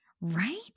right